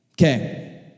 Okay